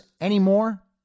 anymore